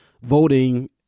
voting